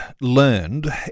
learned